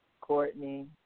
Courtney